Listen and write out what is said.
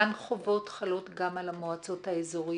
אותם חובות חלות גם על המועצות האזוריות?